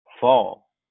fall